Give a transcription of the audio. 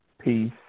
peace